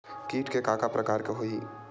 कीट के का का प्रकार हो होही?